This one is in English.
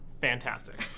fantastic